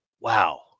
wow